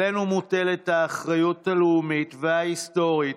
עלינו מוטלת האחריות הלאומית וההיסטורית